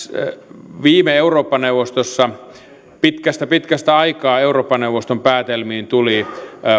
viime eurooppa neuvostossa pitkästä pitkästä aikaa sen päätelmiin tuli